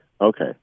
okay